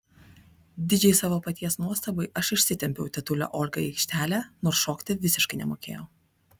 didžiai savo paties nuostabai aš išsitempiau tetulę olgą į aikštelę nors šokti visiškai nemokėjau